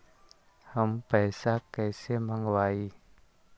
हम पैसा कईसे मंगवाई?